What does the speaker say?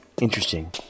Interesting